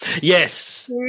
yes